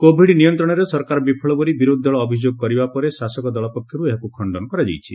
Covid ନିୟନ୍ତଣରେ ସରକାର ବିଫଳ ବୋଲି ବିରୋଧି ଦଳ ଅଭିଯୋଗ କରିବା ପରେ ଶାସକ ଦଳ ପକ୍ଷରୁ ଏହାକୁ ଖଣ୍ତନ କରାଯାଇଛି